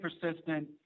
persistent